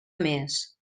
més